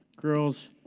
girls